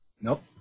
Nope